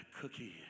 cookie